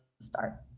start